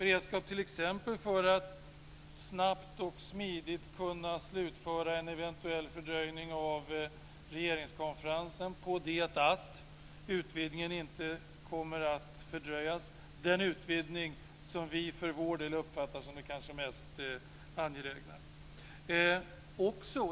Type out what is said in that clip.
Det handlar t.ex. om beredskap för att snabbt och smidigt kunna slutföra en eventuell fördröjning av regeringskonferensen på det att utvidgningen inte kommer att fördröjas, den utvidgning som vi för vår del uppfattar som det kanske mest angelägna.